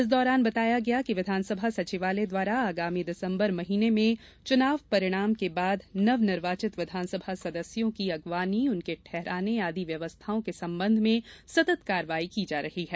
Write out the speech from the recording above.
इस दौरान बताया गया है कि विधानसभा सचिवालय द्वारा आगामी दिसंबर माह में चुनाव परिणाम के बाद नवनिर्वाचित विधानसभा सदस्यों की अगवानी उनको ठहराने आदि व्यवस्थाओं के संबंध में सतत कार्यवाही की जा रही है